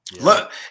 Look